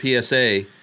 PSA